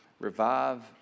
revive